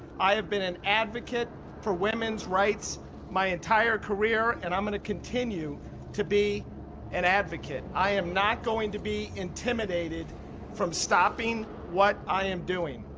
i have been an advocate for women's rights my entire career, and i'm gonna continue to be an advocate. i am not going to be intimidated from stopping what i am doing.